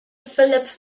philip